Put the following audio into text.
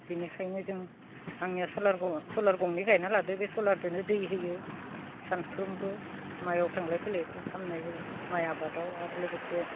बेनिखायनो जों आंनिया सलार सलार गंनै गायना लादों बे सलारदोनो दै होयो सानफ्रोमबो माइआव थांलाय फैलाय खालामनाय जायो माइ आबादाव आरो लोगोसे